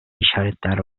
işaretler